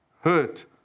hurt